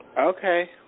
Okay